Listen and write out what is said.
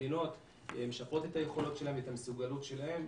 מכווינות שמשפרות את היכולות שלהם ואת המסוגלות שלהם.